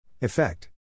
Effect